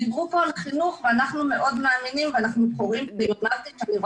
דיברו פה על חינוך ואנחנו מאוד מאמינים ואנחנו קוראים --- בשלוש